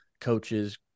coaches